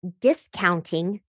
discounting